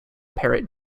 parrot